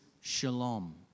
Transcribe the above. shalom